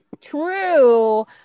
True